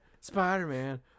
Spider-Man